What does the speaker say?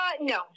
no